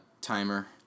timer